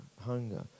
hunger